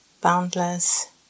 Boundless